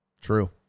True